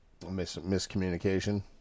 Miscommunication